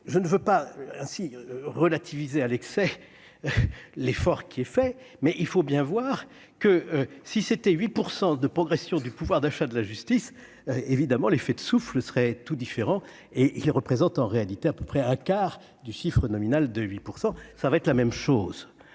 je ne veux pas ainsi relativiser à l'excès l'effort qui est fait, mais il faut bien voir que si c'était 8 % de progression du pouvoir d'achat de la justice, évidemment, l'effet de souffle serait tout différent, et en réalité à peu près un quart du chiffre nominal de 8 % ça va être la même chose